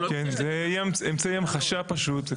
כן, זה יהיה אמצעי המחשה פשוט.